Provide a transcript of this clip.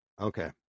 Okay